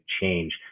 change